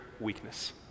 weakness